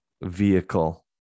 vehicle